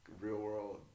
real-world